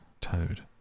toad